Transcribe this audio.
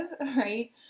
right